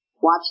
watch